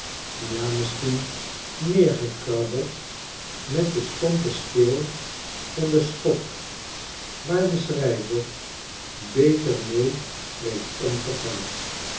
vreemdsoortigelettersgeschrevenisjamisschien neergekrabbeld met den stompen steel vande schop waar de schrijver beter mee weet om te gaan